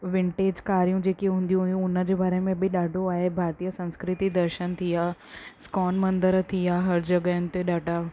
vintage कारियूं जेके हूंदियूं हुयूं हुन जे बारे में बि ॾाढो आहे भारतीय संस्कृति दर्शन थी विया इस्कोन मंदर थी विया हर जॻहियुनि ते ॾाढा